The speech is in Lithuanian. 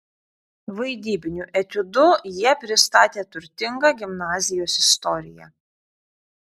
vaidybiniu etiudu jie pristatė turtingą gimnazijos istoriją